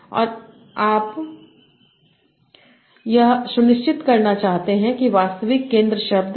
और आप यह सुनिश्चित करना चाहते हैं वास्तविक केंद्र शब्द